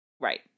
right